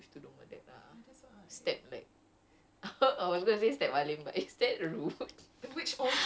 I see like unless dia orang nak cakap orang-orang malaysia semua like sleep with tudung like that lah